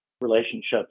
relationships